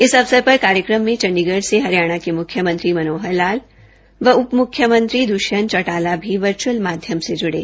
इस अवसर पर कार्यक्रम में चंडीगढ से हरियाणा के मुख्यमंत्री श्री मनोहर लाल व उपमुख्यमंत्री श्री दष्यंत चौटाला भी वर्चअल माध्यम से जुड़े